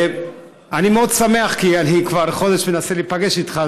אני מאוד שמח, כי אני כבר חודש מנסה להיפגש איתך.